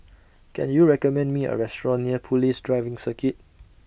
Can YOU recommend Me A Restaurant near Police Driving Circuit